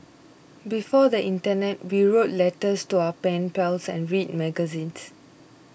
before the internet we wrote letters to our pen pals and read magazines